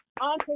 on